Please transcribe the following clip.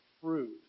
fruit